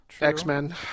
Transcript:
X-Men